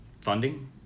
funding